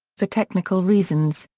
for technical reasons,